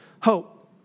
hope